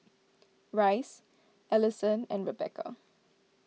Rice Alisson and Rebeca